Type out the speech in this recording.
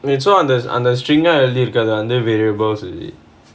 so அந்த அந்த:antha antha string ah எழுதிருக்காங்க அந்த:ezhuthirukaanga antha variables